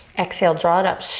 exhale, draw it up.